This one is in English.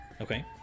Okay